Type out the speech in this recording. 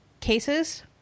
cases